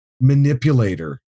manipulator